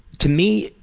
to me,